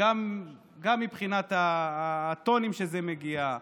גם מבחינת הטונים שזה מגיע אליהם,